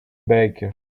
baker